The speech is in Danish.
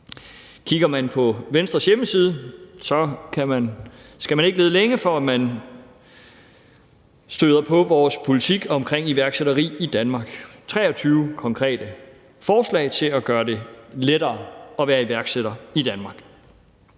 Kigger man på Venstres hjemmeside, skal man ikke lede længe, før man støder på vores politik omkring iværksætteri i Danmark. Der er 23 konkrete forslag til at gøre det lettere at være iværksætter i Danmark.